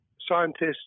scientists